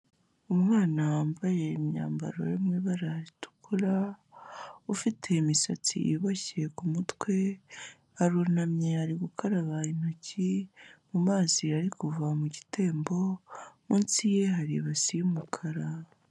Umwana wambaye imyambaro yo mu ibara ritukura, ufite imisatsi iboshye ku mutwe, arunamye ari gukaraba intoki mu mazi ari kuva mu gitembo, munsi ye hari ibasi y' umukara.